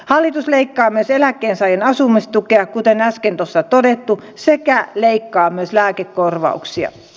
hallitus leikkaa myös eläkkeensaajien asumistukea kuten äsken on jo todettu sekä leikkaa myös lääkekorvauksia